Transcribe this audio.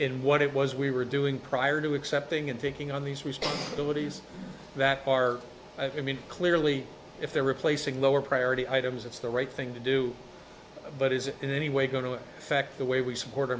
in what it was we were doing prior to accepting and taking on these was the woodies that are i mean clearly if they're replacing lower priority items it's the right thing to do but is it in any way going to affect the way we support